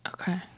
Okay